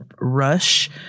rush